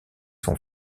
son